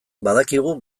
badakigu